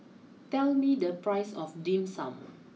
tell me the price of Dim Sum